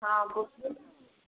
हँ बोलिऔ